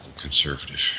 conservative